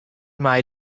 mei